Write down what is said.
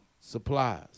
supplies